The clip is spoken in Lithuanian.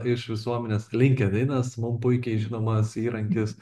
iš visuomenės linkedinas mum puikiai žinomas įrankis